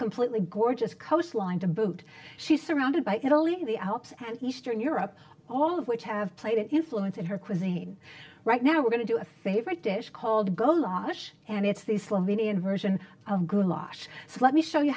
completely gorgeous coastline to boot she's surrounded by italy the alps and eastern europe all of which have played an influence in her cuisine right now we're going to do a favorite dish called go longish and it's these flamini inversion goulash so let me show you